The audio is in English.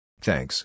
Thanks